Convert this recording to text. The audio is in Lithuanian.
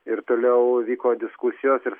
ir toliau vyko diskusijos ir